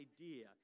idea